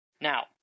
Now